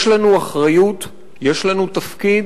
יש לנו אחריות, יש לנו תפקיד.